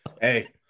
Hey